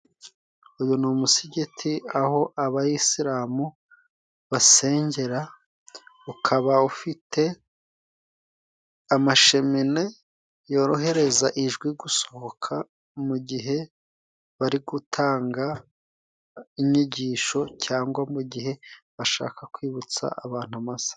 Uyu ni umusigiti aho abayisilamu basengera, ukaba ufite amasheminine yorohereza ijwi gusohoka, mu gihe bari gutanga inyigisho, cyangwa mu gihe bashaka kwibutsa abantu amasaha.